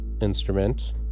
instrument